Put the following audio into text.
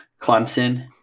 Clemson